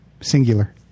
Singular